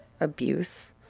abuse